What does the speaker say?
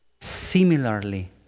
Similarly